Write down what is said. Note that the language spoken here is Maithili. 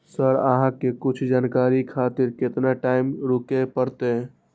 सर अहाँ से कुछ जानकारी खातिर केतना टाईम रुके परतें?